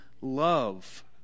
love